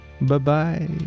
Bye-bye